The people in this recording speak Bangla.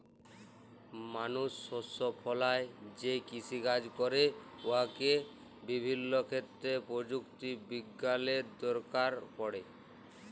মালুস শস্য ফলাঁয় যে কিষিকাজ ক্যরে উয়াতে বিভিল্য ক্ষেত্রে পরযুক্তি বিজ্ঞালের দরকার পড়ে